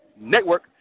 Network